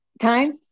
time